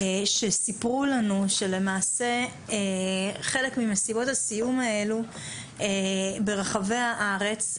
שסיפרו לנו שלמעשה בחלק ממסיבות הסיום האלה ברחבי הארץ,